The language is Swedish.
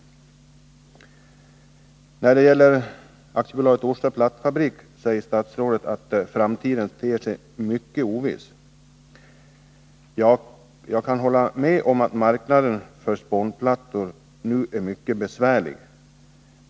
När det gäller AB Orsa Plattfabrik säger statsrådet att framtiden ter sig mycket oviss. Ja, jag kan hålla med om att marknaden för spånplattor nu är mycket besvärlig.